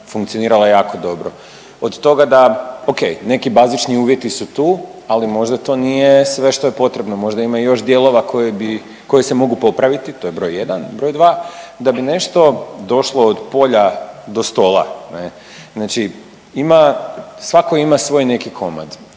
funkcionirala jako dobro. Od toga, okej, neki bazični uvjeti su tu, ali možda to nije sve što je potrebno, možda ima još dijelova koji bi, koji se mogu popraviti, to je broj 1, broj 2, da bi nešto došlo od polja do stola, ne, znači ima, svatko ima svoj neki komad.